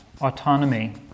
Autonomy